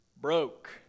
broke